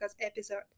episode